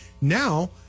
Now